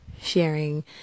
sharing